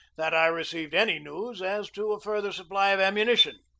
that i received any news as to a fur ther supply of ammunition.